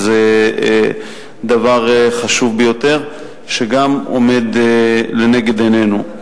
וזה דבר חשוב ביותר שגם עומד לנגד עינינו.